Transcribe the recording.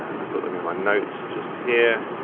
i've got them in my notes just here.